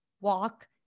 walk